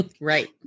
Right